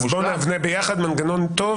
בואו נבנה ביחד מנגנון טוב,